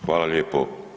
Hvala lijepo.